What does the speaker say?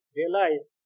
realized